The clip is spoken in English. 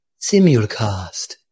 simulcast